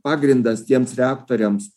pagrindas tiems reaktoriams